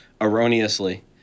erroneously